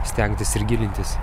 stengtis ir gilintis